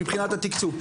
מבחינת התקצוב.